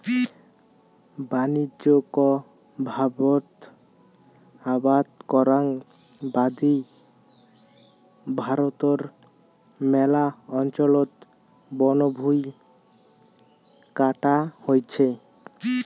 বাণিজ্যিকভাবত আবাদ করাং বাদি ভারতর ম্যালা অঞ্চলত বনভুঁই কাটা হইছে